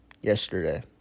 yesterday